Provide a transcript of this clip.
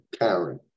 Karen